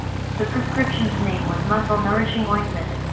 the prescription's name was muscle nourishing ointment,